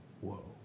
whoa